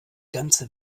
ganze